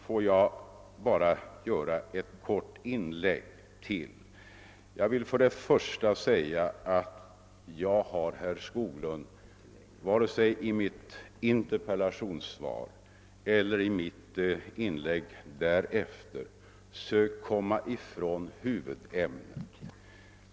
Får jag bara göra en kort kommentar till! Varken i mitt interpellationssvar eller i mitt inlägg därefter har jag, herr Skoglund, sökt komma ifrån huvudämnet.